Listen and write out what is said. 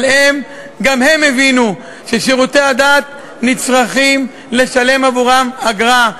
אבל גם הם הבינו ששירותי הדת נצרכים לשלם עבורם אגרה.